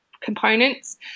components